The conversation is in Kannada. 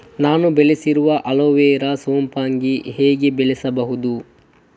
ನಾನು ಬೆಳೆಸಿರುವ ಅಲೋವೆರಾ ಸೋಂಪಾಗಿ ಹೇಗೆ ಬೆಳೆಸಬಹುದು?